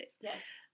Yes